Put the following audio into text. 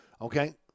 okay